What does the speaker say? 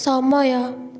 ସମୟ